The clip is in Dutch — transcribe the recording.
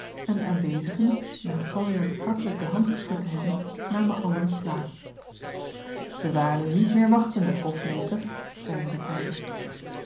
en de aanwezigen na galjart hartelijk de hand geschud te hebben namen allen plaats wij waren u niet meer wachtende hofmeester zeide de keizer